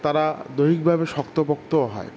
তারা দৈহিকভাবে শক্তপোক্তও হয়